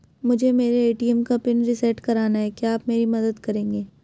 मुझे मेरे ए.टी.एम का पिन रीसेट कराना है क्या आप मेरी मदद करेंगे?